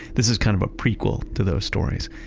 this is kind of a prequel to those stories.